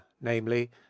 namely